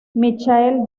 michael